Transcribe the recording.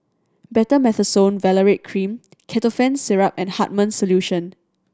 Betamethasone Valerate Cream Ketotifen Syrup and Hartman's Solution